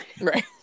right